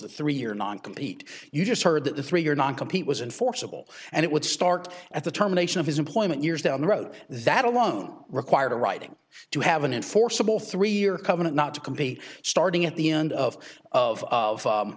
the three are non compete you just heard that the three are not complete was in forcible and it would start at the terminations of his employment years down the road that alone required a writing to have an enforceable three year covenant not to compete starting at the end of of of